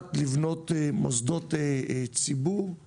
יודעת לבנות מוסדות ציבור,